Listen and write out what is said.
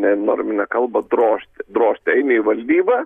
nenorminę kalbą drožti drožti eini į valdybą